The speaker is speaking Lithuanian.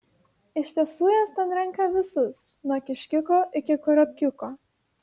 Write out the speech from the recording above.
iš tiesų jos ten renka visus nuo kiškiuko iki kurapkiuko